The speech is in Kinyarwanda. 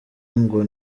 ngo